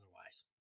otherwise